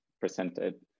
presented